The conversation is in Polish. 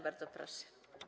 Bardzo proszę.